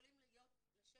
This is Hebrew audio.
יכולים להיות בצוותא,